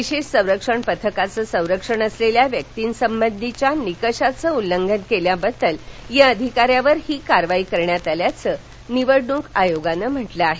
विशेष संरक्षण पथकाचं अर्थात एसपीजीघं संरक्षण असलेल्या व्यक्तींसंबधींच्या निकषांचं उल्लंघन केल्याबद्दल या अधिकाऱ्यावर ही कारवाई करण्यात आल्याचं निवडणूक आयोगानं म्हटलं आहे